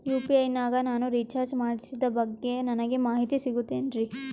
UPI ನಾಗ ನಾನು recharge ಮಾಡಿಸಿದ ಬಗ್ಗೆ ನನಗೆ ಮಾಹಿತಿ ಸಿಗುತೇನ್ರೀ?